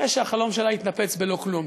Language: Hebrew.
כנראה החלום שלה התנפץ בלא כלום.